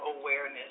awareness